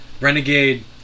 renegade